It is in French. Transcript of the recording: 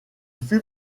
fut